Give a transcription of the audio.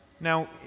Now